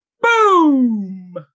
Boom